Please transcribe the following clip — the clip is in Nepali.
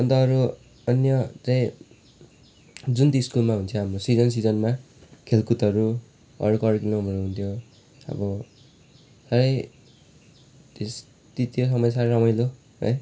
अन्त अरू अन्य चाहिँ जुन त्यो स्कुलमा हुन्थ्यो हाम्रो सिजन सिजनमा खेलकुदहरू अरूको अरकिनु नोबहरू हुन्थ्यो अब है त्यस ती त्यो समय साह्रै रमाइलो है